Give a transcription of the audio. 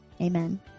Amen